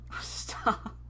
Stop